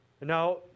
Now